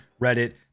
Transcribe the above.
Reddit